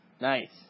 Nice